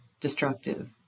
destructive